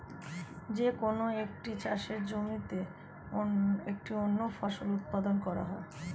যে কোন একটি চাষের জমিতে একটি অনন্য ফসল উৎপাদন করা হয়